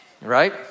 right